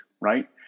right